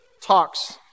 talks